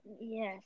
Yes